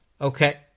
Okay